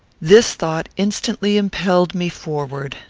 this thought instantly impelled me forward.